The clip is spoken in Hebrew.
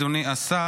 אדוני השר,